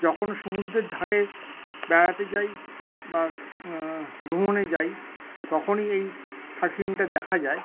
যখন সমুদ্রের ধারে বেড়াতে যাই বা ভ্রমণে যাই তখনই এই সার্ফিংটা দেখা যায়